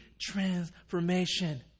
transformation